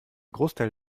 großteil